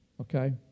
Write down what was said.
Okay